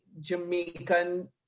Jamaican